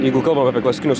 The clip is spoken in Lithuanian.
jeigu kalbam apie klasikinius